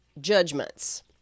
judgments